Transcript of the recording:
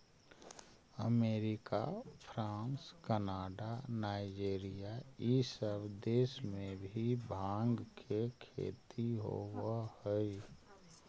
America, France, Canada, Nigeria इ सब देश में भी भाँग के खेती होवऽ हई